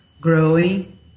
growing